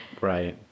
Right